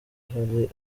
hari